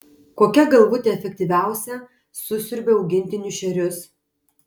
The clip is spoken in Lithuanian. kokia galvutė efektyviausia susiurbia augintinių šerius